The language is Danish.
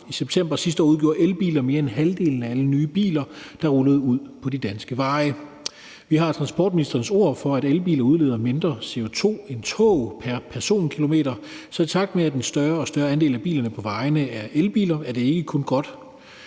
I september sidste år udgjorde elbiler mere end halvdelen af alle nye biler, der rullede ud på de danske veje. Vi har transportministerens ord for, at elbiler udleder mindre CO2 end tog pr. personkilometer, så i takt med at en større og større andel af bilerne på vejene er elbiler, er det ikke kun godt